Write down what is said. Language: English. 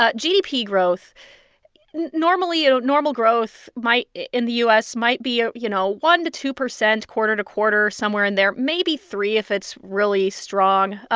ah gdp growth normally, you know, normal growth might in the u s. might be, ah you know, one percent to two percent quarter to quarter, somewhere in there, maybe three if it's really strong.